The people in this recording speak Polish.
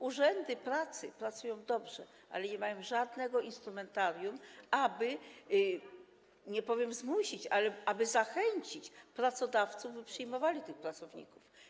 Urzędy pracy pracują dobrze, ale nie mają żadnego instrumentarium, aby - nie powiem zmusić - zachęcić pracodawców, żeby przyjmowali tych pracowników.